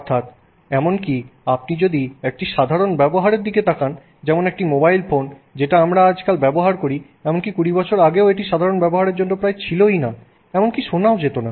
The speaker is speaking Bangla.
অর্থাৎ এমনকি আপনি যদি একটি সাধারণ ব্যবহারের দিকে তাকান যেমন একটি মোবাইল ফোন যেটা আমরা আজকাল ব্যবহার করি এমনকি 20 বছর আগেও এটি সাধারণ ব্যবহারের জন্য প্রায় ছিলই না এমনকি শোনাও যেত না